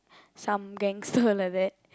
some gangster like that